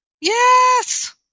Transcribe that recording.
Yes